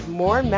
more